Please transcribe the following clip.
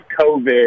COVID